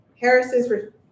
Harris's